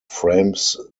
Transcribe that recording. frames